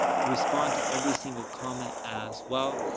respond to every single comment as well.